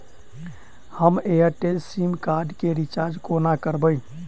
हम Airtel SIM card केँ recharge कोना करबै?